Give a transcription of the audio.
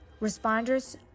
Responders